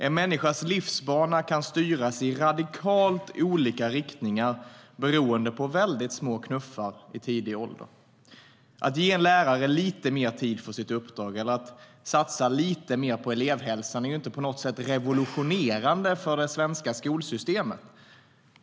En människas livsbana kan styras i radikalt olika riktningar beroende på väldigt små knuffar i tidig ålder. Att ge en lärare lite mer tid för sitt uppdrag eller att satsa lite mer på elevhälsan är ju inte på något sätt revolutionerande för det svenska skolsystemet.